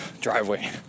driveway